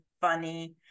funny